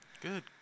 Good